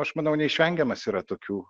aš manau neišvengiamas yra tokių